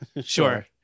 sure